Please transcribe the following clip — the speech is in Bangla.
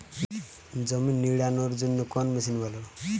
জমি নিড়ানোর জন্য কোন মেশিন ভালো?